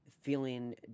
feeling